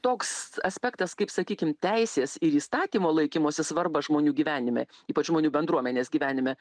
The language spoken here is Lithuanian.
toks aspektas kaip sakykim teisės ir įstatymo laikymosi svarba žmonių gyvenime ypač žmonių bendruomenės gyvenime